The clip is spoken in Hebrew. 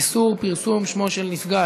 איסור פרסום שמו של נפגע),